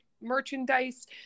merchandise